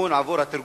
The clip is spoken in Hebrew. מימון עבור התרגום?